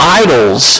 idols